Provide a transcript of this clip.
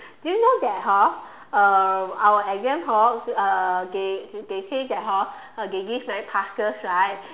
do yo know that hor uh our exam hall uh they they say that hor uh they give night classes right